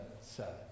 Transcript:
seven